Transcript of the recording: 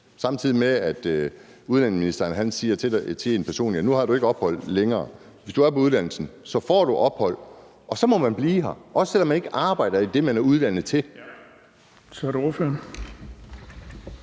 siger udlændingeministeren samtidig til en: Nu har du ikke ophold længere, og hvis du er på uddannelsen, får du ophold? Og så må man blive her, også selv om man ikke arbejder inden for det, man er uddannet til.